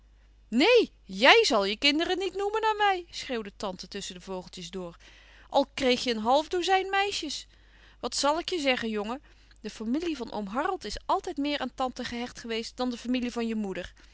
neen jij zal je kinderen niet noemen naar mij schreeuwde tante tusschen de vogeltjes door al kreeg je een half dozijn meisjes wat zal ik je zeggen jongen de familie van oom harold is altijd meer aan tante gehecht geweest dan de familie van je moeder